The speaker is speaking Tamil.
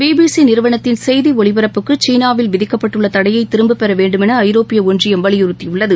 பிபிசிநிறவனத்தின் செய்திஒலிபரப்புக்குசீனாவில் விதிக்கப்பட்டுள்ளதடையைதிரும்பப் பெறவேண்டுமெனஐரோப்பியஒன்றியம் வலியுறுத்தியுள்ளது